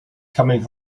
coming